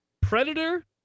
Predator